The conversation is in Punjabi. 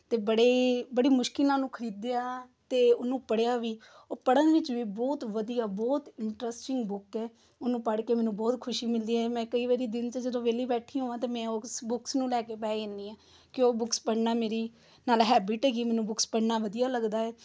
ਅਤੇ ਬੜੇ ਬੜੀ ਮੁਸ਼ਕਿਲ ਨਾਲ ਉਹਨੂੰ ਖਰੀਦਿਆ ਅਤੇ ਉਹਨੂੰ ਪੜ੍ਹਿਆ ਵੀ ਉਹ ਪੜ੍ਹਨ ਵਿੱਚ ਵੀ ਬਹੁਤ ਵਧੀਆ ਬਹੁਤ ਇੰਟਰਸਟਿੰਗ ਬੁੱਕ ਹੈ ਉਹਨੂੰ ਪੜ੍ਹ ਕੇ ਮੈਨੂੰ ਬਹੁਤ ਖੁਸ਼ੀ ਮਿਲਦੀ ਹੈ ਮੈਂ ਕਈ ਵਾਰੀ ਦਿਨ 'ਚ ਜਦੋਂ ਵਿਹਲੀ ਬੈਠੀ ਹੋਵਾਂ ਤਾਂ ਮੈਂ ਉਸ ਬੁੱਕਸ ਨੂੰ ਲੈ ਕੇ ਬਹਿ ਜਾਂਦੀ ਹਾਂ ਕਿ ਉਹ ਬੁੱਕਸ ਪੜ੍ਹਨਾ ਮੇਰੀ ਨਾਲ ਹੈਬਿਟ ਹੈਗੀ ਮੈਨੂੰ ਬੁੱਕਸ ਪੜ੍ਹਨਾ ਵਧੀਆ ਲੱਗਦਾ ਹੈ